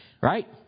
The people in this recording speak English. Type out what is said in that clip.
Right